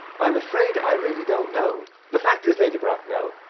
i am afraid i really don't know. the fact is, lady bracknell,